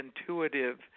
intuitive